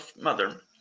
mother